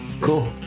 Cool